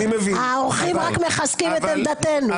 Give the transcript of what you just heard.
הם רק מחזקים את עמדתנו.